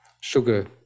sugar